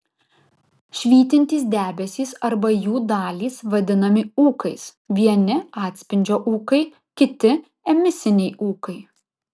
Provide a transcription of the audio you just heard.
švytintys debesys arba jų dalys vadinami ūkais vieni atspindžio ūkai kiti emisiniai ūkai